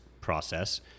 process